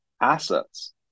assets